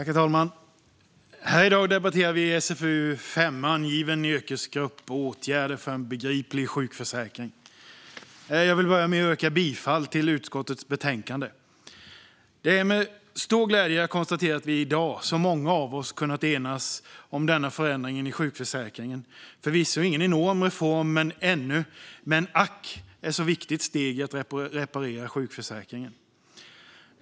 Herr talman! I dag debatterar vi SfU5 Angiven yrkesgrupp - åtgärder för en begriplig sjukförsäkrin g . Jag vill börja med att yrka bifall till förslaget i utskottets betänkande. Det är med stor glädje jag konstaterar att så många av oss i dag kunnat enas om denna förändring av sjukförsäkringen. Det är förvisso ingen enorm reform, men det är ett ack så viktigt steg i att reparera sjukförsäkringen.